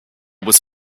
was